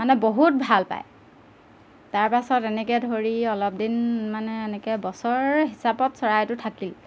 মানে বহুত ভাল পায় তাৰপাছত এনেকৈ ধৰি অলপদিন মানে এনেকৈ বছৰ হিচাপত চৰাইটো থাকিল